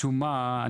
משום מה,